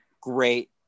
great